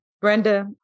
Brenda